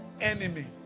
enemy